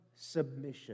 submission